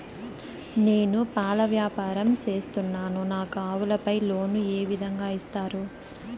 నేను పాల వ్యాపారం సేస్తున్నాను, నాకు ఆవులపై లోను ఏ విధంగా ఇస్తారు